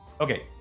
Okay